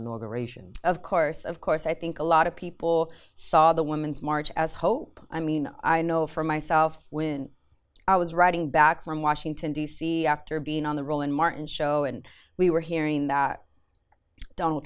inauguration of course of course i think a lot of people saw the women's march as hope i mean i know for myself when i was riding back from washington d c after being on the roland martin show and we were hearing that donald